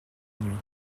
nuit